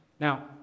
Now